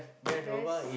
best